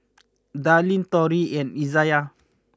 Darlene Tori and Izayah